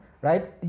right